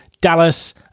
Dallas